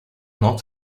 not